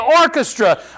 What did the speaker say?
orchestra